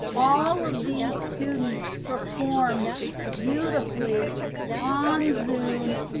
all of these students performed beautifully on zoom,